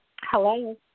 Hello